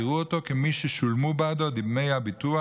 יראו אותו כמי ששולמו בעדו דמי הביטוח